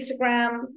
Instagram